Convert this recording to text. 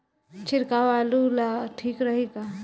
छिड़काव आलू ला ठीक रही का?